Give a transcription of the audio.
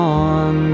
on